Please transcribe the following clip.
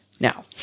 Now